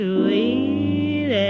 Sweet